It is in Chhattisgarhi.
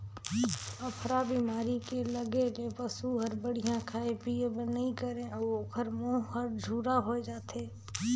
अफरा बेमारी के लगे ले पसू हर बड़िहा खाए पिए बर नइ करे अउ ओखर मूंह हर झूरा होय जाथे